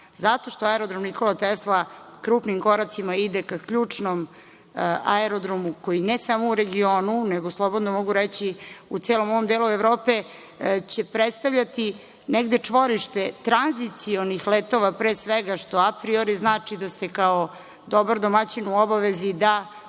Zato što aerodrom „Nikola Tesla“ krupnim koracima ide ka ključnom aerodromu koji ne samo u regionu nego slobodno mogu reći u celom ovom delu Evrope će predstavljati negde čvorište tranzicionih letova pre svega, što apriori znači da ste kao dobar domaćin u obavezi da